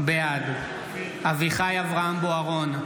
בעד אביחי אברהם בוארון,